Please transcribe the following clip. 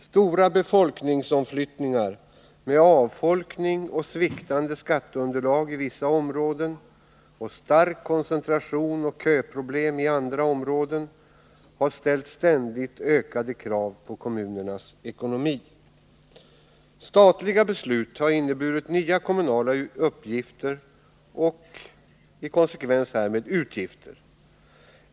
Stora befolkningsomflyttningar med avfolkning och sviktande skatteunderlag i vissa områden samt stark koncentration och köproblem i andra områden har ställt ständigt ökade krav på kommunernas ekonomi. Statliga beslut har inneburit nya kommunala uppgifter och, i konsekvens härmed, utgifter.